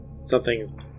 Something's